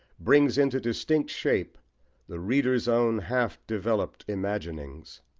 brings into distinct shape the reader's own half-developed imaginings.